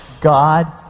God